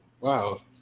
Wow